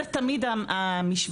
זו תמיד המשוואה.